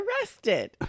arrested